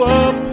up